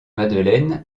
madeleine